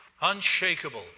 unshakable